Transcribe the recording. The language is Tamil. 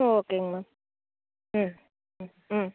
சேரி ஓகேங்கம்மா ம் ம் ம்